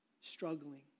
struggling